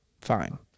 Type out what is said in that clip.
fine